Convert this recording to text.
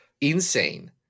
Insane